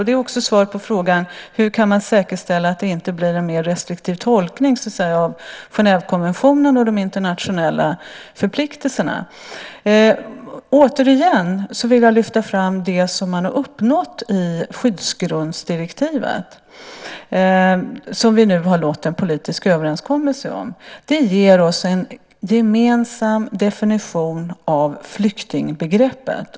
Det är också ett svar på frågan hur man kan säkerställa att det inte blir en mer restriktiv tolkning av Genèvekonventionen och de internationella förpliktelserna. Återigen vill jag lyfta fram det som man har uppnått i skyddsgrundsdirektivet, som vi nu har nått en politisk överenskommelse om. Det ger oss en gemensam definition av flyktingbegreppet.